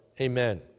Amen